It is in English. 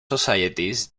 societies